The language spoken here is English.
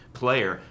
player